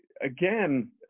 again